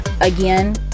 again